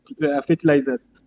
fertilizers